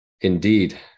indeed